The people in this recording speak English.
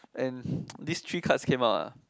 and these three cards came out ah